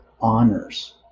honors